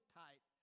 tight